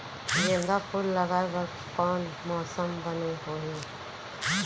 गेंदा फूल लगाए बर कोन मौसम बने होही?